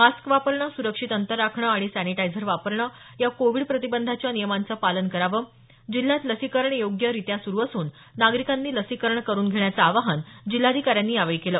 mask वापरणं सुरक्षित अंतर राखणं आणि सॅनिटायझर वापरणं या कोविड प्रतिबंधाच्या नियमांचं पालन करावं जिल्ह्यात लसीकरण योग्य रित्या सुरु असून नागरीकांनी लसीकरण करुन घेण्याचं आवाहन जिल्हाधिकाऱ्यांनी यावेळी केलं